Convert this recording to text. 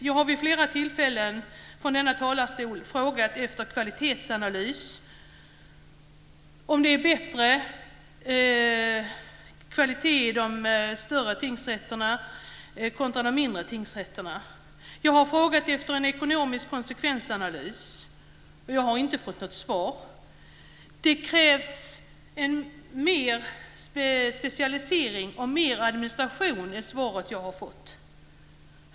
Jag har vid flera tillfällen från denna talarstol frågat efter en kvalitetsanalys, om det är bättre kvalitet på de större tingsrätterna jämfört med de mindre tingsrätterna. Jag har också frågat efter en ekonomisk konsekvensanalys, men jag har inte fått något svar. Det krävs mer specialisering och mer administration är det svar som jag har fått.